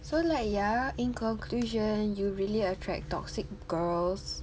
so like ya in conclusion you really attract toxic girls